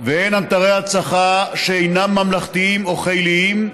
והן אתרי הנצחה שאינם ממלכתיים או חיליים,